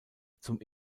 zum